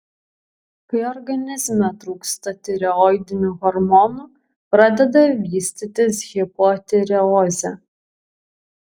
kai organizme trūksta tireoidinių hormonų pradeda vystytis hipotireozė